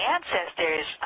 Ancestors